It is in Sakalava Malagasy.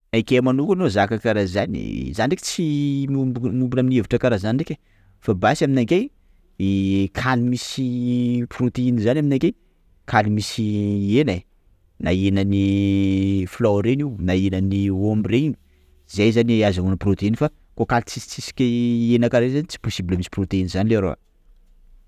Aminakahy manokana zaka karah zany, zah ndraiky tsy miombina aminy hevitra karaha zany ndraiky ai, fa basy aminakahy ii kaly misy proteiny zany aminakahy kaly misy hena ai, na henany filao reny na henany omby reny, zay zany azahoana proteiny fa koafa tsy tsy hena karaha io zany tsy possible misy proteine zany leroa.